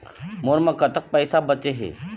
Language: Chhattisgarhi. मोर म कतक पैसा बचे हे?